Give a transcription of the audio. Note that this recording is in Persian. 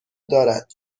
دارد